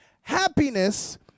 Happiness